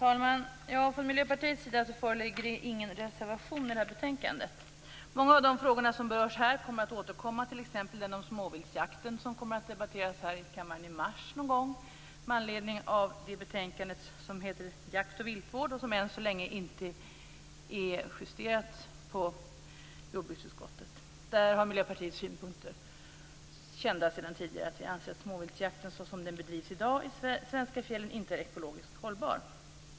Herr talman! Från Miljöpartiet föreligger ingen reservation i det här betänkandet. Många av de frågor som berörs kommer att återkomma t.ex. i samband med att småviltsjakten debatteras i kammaren någon gång i mars med anledning av ett betänkande om jakt och viltvård som än så länge inte är justerat i jordbruksutskottet. Där har Miljöpartiet synpunkter, kända sedan tidigare. Vi anser att småviltsjakten, så som den bedrivs i dag i svenska fjällen, inte är ekologiskt hållbar.